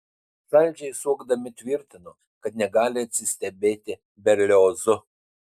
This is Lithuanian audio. saldžiai suokdami tvirtino kad negali atsistebėti berliozu